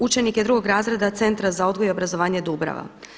Učenik je drugog razreda Centra za odgoj i obrazovanje Dubrava.